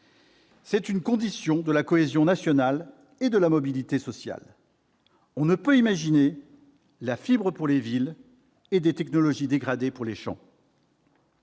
C'est une condition de la cohésion nationale et de la mobilité sociale. On ne peut imaginer la fibre pour les villes et des technologies dégradées pour les champs.